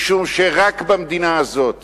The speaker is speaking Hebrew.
משום שרק במדינה הזאת